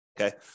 okay